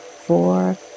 four